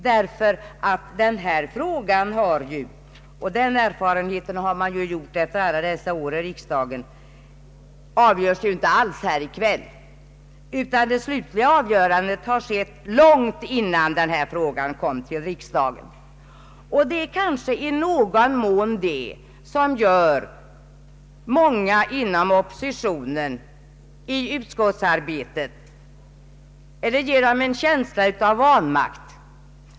Ty denna fråga avgörs inte alls här i kväll — den erfarenheten har man gjort efter alla dessa år här i riksdagen. Det slutliga avgörandet har skett långt innan denna fråga kom till riksdagen! Och det är kanske i någon mån det som ger många inom oppositionen som deltagit i utskottsarbetet en känsla av vanmakt.